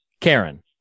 Karen